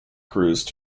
cruise